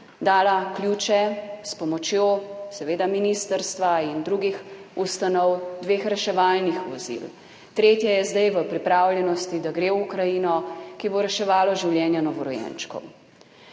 dala ključe, seveda s pomočjo ministrstva in drugih ustanov, dveh reševalnih vozil, tretje je zdaj v pripravljenosti, da gre v Ukrajino, ki bodo reševala življenja novorojenčkov.